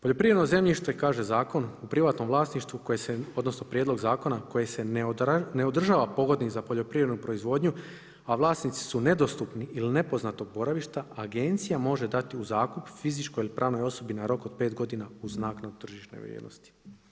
Poljoprivredno zemljište, kaže zakon u privatnom vlasništvu, odnosno, prijedlog zakona, koje se ne održava pogodnim za poljoprivrednu proizvodnju, a vlasnici su nedostupni ili nepoznatog boravišta, agencija može dati u zakup fizičkoj ili pravnoj osobi na rok od 5 godina uz naknadu tržišne vrijednosti.